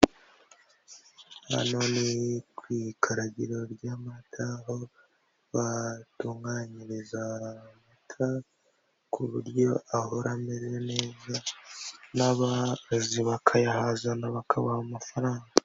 Hano ni ku ikaragiro ry'amata aho batunganyiriza amata ku buryo ahora ameze neza, n'aborozi bakayahazana bakabaha amafaranga.